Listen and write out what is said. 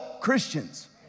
Christians